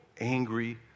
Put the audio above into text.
angry